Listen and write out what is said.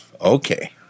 Okay